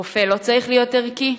רופא לא צריך להיות ערכי?